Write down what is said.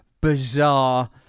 bizarre